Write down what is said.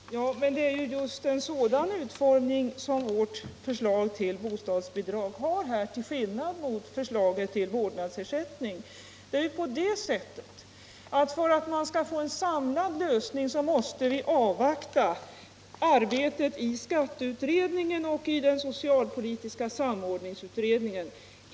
Herr talman! Men det är ju just en sådan utformning som vårt förslag till bostadsbidrag har, till skillnad mot förslaget till vårdnadsersättning. För att man skall få en samlad lösning måste vi avvakta arbetet i skatteutredningen och i den socialpolitiska samordningsutredningen.